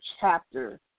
chapter